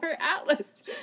Atlas